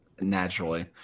Naturally